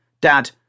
Dad